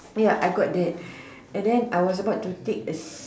ya I got that and then I was about to take it